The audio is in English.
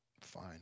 Fine